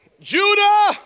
Judah